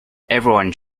everyone